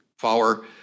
power